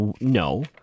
no